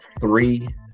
three